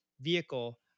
vehicle